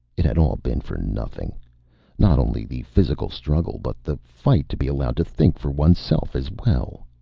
it had all been for nothing not only the physical struggle, but the fight to be allowed to think for oneself as well.